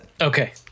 okay